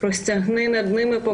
אדון כל